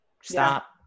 stop